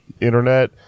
internet